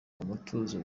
umutuzo